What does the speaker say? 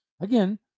Again